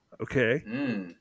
Okay